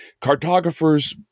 Cartographers